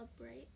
upright